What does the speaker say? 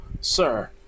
sir